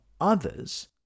others